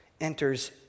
enters